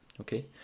okay